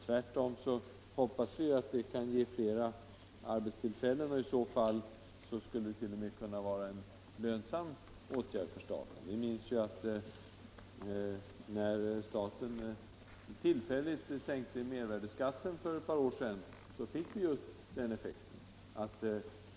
Tvärtom hoppas vi att den kan ge flera arbetstillfällen, och i så fall skulle åtgärden kunna vara lönsam för staten. Vi minns att när staten tillfälligt sänkte mervärdeskatten för ett par år sedan, fick det just den effekten.